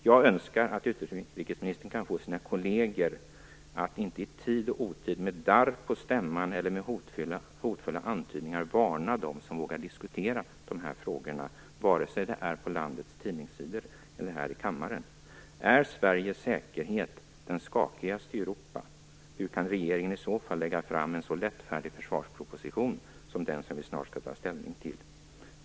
Jag önskar att utrikesministern kan få sina kolleger att inte i tid och otid med darr på stämman eller med hotfulla antydningar varna dem som vågar diskutera de här frågorna, vare sig det sker på landets tidningssidor eller här i kammaren. Är Sveriges säkerhet den skakigaste i Europa? Hur kan regeringen i så fall lägga fram en så lättfärdig försvarsproposition som den som vi snart skall ta ställning till?